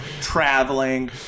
traveling